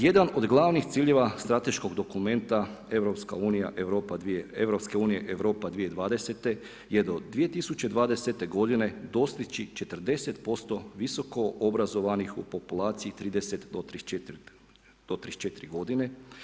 Jedan od glavnih ciljeva strateškog dokumenta EU Europa 2020. je do 2020. godine dostići 40% visokoobrazovanih u populaciji 30 do 34 godine.